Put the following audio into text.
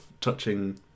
touching